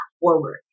forward